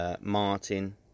Martin